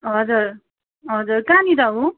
हजुर हजुर कहाँनिर हो